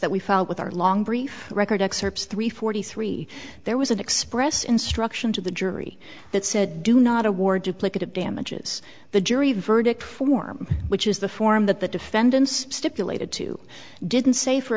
that we filed with our long brief record excerpts three forty three there was an express instruction to the jury that said do not award duplicative damages the jury verdict form which is the form that the defendants stipulated to didn't say for